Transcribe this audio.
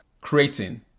creating